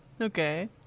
Okay